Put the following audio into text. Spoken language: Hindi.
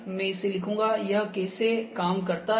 मैं इसे लिखूंगा यह कैसे काम करता है